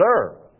sir